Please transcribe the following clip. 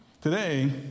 today